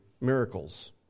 miracles